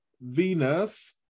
Venus